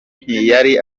ntiyari